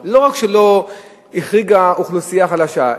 לא רק שהיא לא החריגה אוכלוסייה חלשה,